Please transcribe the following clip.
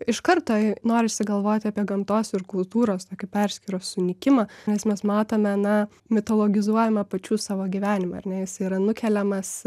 iš karto norisi galvoti apie gamtos ir kultūros tokį perskyros sunykimą nes mes matome na mitologizuojamą pačių savo gyvenimą ar ne jis yra nukeliamas